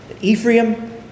Ephraim